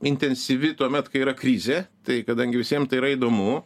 intensyvi tuomet kai yra krizė tai kadangi visiem tai yra įdomu